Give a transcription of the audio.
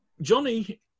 Johnny